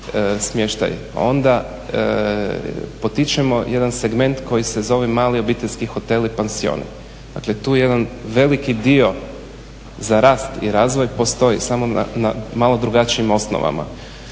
smještaj, onda potičemo jedan segment koji se zove mali obiteljski hoteli i pansioni. Dakle, tu je jedan veliki dio za rast i razvoj postoji samo na malo drugačijim osnovama.